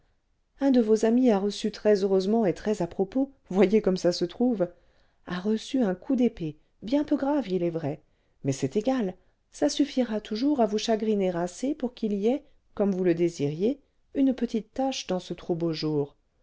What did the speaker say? un de vos amis a reçu très-heureusement et très à-propos voyez comme ça se trouve a reçu un coup d'épée bien peu grave il est vrai mais c'est égal ça suffira toujours à vous chagriner assez pour qu'il y ait comme vous le désiriez une petite tache dans ce trop beau jour